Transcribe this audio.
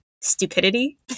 stupidity